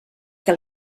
que